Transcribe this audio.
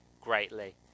greatly